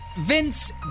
Vince